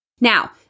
Now